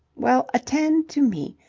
well, attend to me.